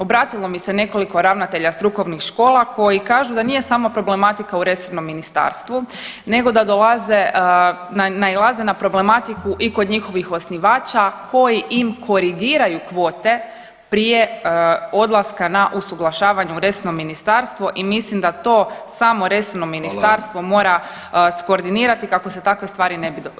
Obratilo mi se nekoliko ravnatelja strukovnih škola koji kažu da nije samo problematika u resornom ministarstvu nego da dolaze, nailaze na problematiku i kod njihovih osnivača koji im korigiraju kvote prije odlaska na usuglašavanje u resorno ministarstvo i mislim da to samo resorno [[Upadica: Hvala.]] ministarstvo mora skordinirati kako se takve stvari ne bi događale.